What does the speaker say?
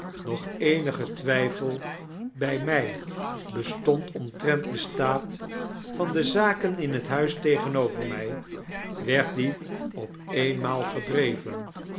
nog eenige twijfel bij mij bestond omtrent den staat van zaken in het huis tegenover mij werd die op eenmaal verdreven